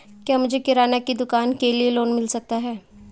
क्या मुझे किराना की दुकान के लिए लोंन मिल सकता है?